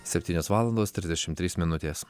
septynios valandos trisdešimt trys minutės